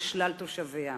על שלל תושביה.